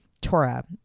Torah